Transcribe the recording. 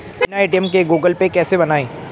बिना ए.टी.एम के Google Pay कैसे बनायें?